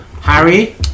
Harry